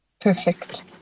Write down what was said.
Perfect